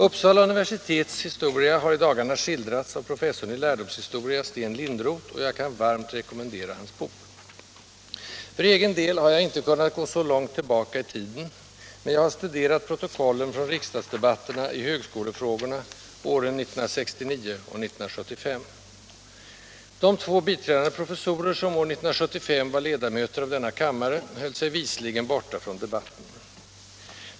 Uppsala universitets historia har i dagarna skildrats av professorn i lärdomshistoria, Sten Lindroth, och jag kan varmt rekommendera hans bok. För egen del har jag inte kunnat gå så långt tillbaka i tiden, men jag har studerat protokollen från riksdagsdebatterna i högskolefrågorna åren 1969 och 1975. De två biträdande professorer, som år 1975 var ledamöter av denna kammare, höll sig visligen borta från debatten.